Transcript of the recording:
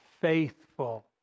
faithful